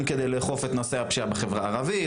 כדי לאכוף את נושא הפשיעה בחברה הערבית,